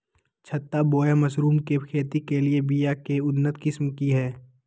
छत्ता बोया मशरूम के खेती के लिए बिया के उन्नत किस्म की हैं?